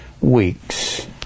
weeks